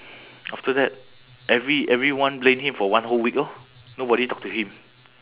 after that every~ everyone blame him for one whole week orh nobody talk to him